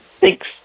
thanks